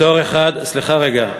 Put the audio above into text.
בתור אחד, סליחה רגע.